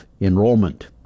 enrollment